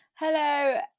Hello